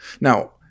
Now